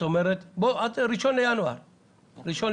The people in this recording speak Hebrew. כלומר 1 בינואר.